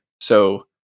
So-